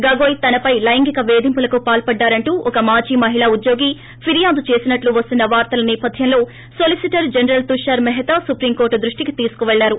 గొగోయ్ తనపై లైంగిక వేధింపులకు పాల్పడ్డారంటూ ఒక మాజీ మహిళా ఉద్యోగి ఫిర్యాదు చేసినట్టు వస్తున్న వార్తల సేపధ్వంలో solicitor general Tushar Mehta supreme court దృష్టికి తీసుకెళ్లారు